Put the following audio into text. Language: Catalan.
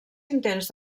intents